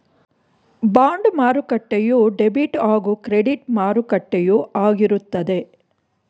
bond ಮಾರುಕಟ್ಟೆಯು debit ಹಾಗೂ credit ಮಾರುಕಟ್ಟೆಯು ಆಗಿರುತ್ತದೆ